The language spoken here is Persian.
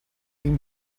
این